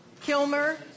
Kilmer